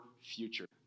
future